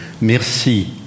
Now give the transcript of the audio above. merci